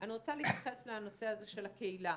אני רוצה להתייחס לנושא הזה של הקהילה.